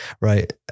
right